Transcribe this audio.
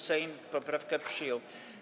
Sejm poprawkę przyjął.